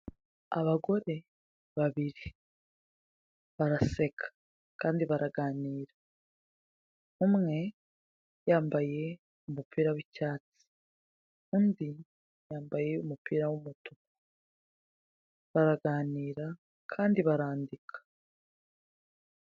Abagore babiri baraseka kandi baraganira , umwe yambaye umupira w'icyatsi undi yambaye umupira w'umutuku baraganira kandi barandika .